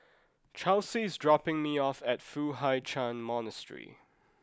Chelsi is dropping me off at Foo Hai Ch'an Monastery